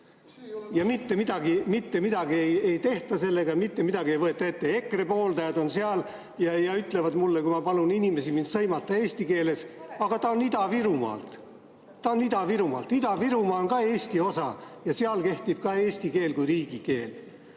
Ja mitte midagi ei tehta sellega, mitte midagi ei võeta ette! EKRE pooldajad on seal ja ütlevad mulle, kui ma palun inimesi mind sõimata eesti keeles: "Aga ta on Ida-Virumaalt. Ta on Ida-Virumaalt." Ida-Virumaa on ka Eesti osa ja seal kehtib ka eesti keel kui riigikeel.